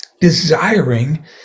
desiring